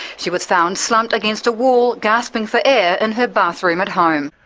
she was found slumped against a wall, gasping for air in her bathroom at home.